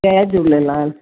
Jay Jhulelal